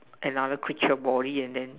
another creature body and then